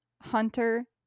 Hunter